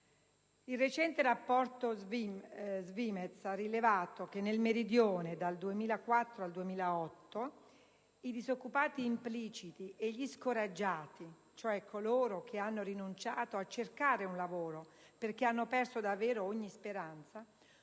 Il recente rapporto SVIMEZ ha rilevato che nel Meridione, dal 2004 al 2008, i disoccupati impliciti e gli scoraggiati - cioè coloro che hanno rinunciato a cercare un lavoro perché hanno perso davvero ogni speranza